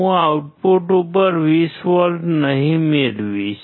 હું આઉટપુટ ઉપર 20 વોલ્ટ નહીં મેળવીશ